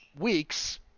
weeks